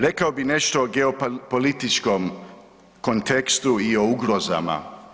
Rekao bih nešto o geopolitičkom kontekstu i o ugrozama.